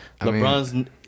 lebron's